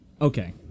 okay